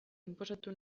inposatu